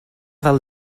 del